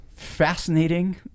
fascinating